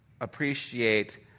appreciate